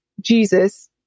Jesus